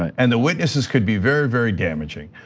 and the witnesses could be very, very damaging.